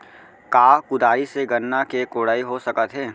का कुदारी से गन्ना के कोड़ाई हो सकत हे?